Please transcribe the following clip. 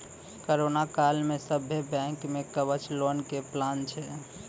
corona काल मे सभ्भे बैंक मे कवच लोन के प्लान छै